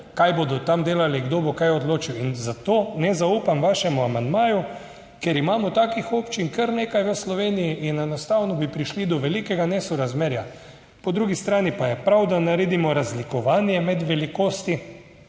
kaj bodo tam delali, kdo bo kaj odločil. In zato ne zaupam vašemu amandmaju, ker imamo takih občin kar nekaj v Sloveniji in enostavno bi prišli do velikega nesorazmerja. Po drugi strani pa je prav, da naredimo razlikovanje 25. TRAK: